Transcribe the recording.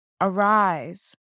Arise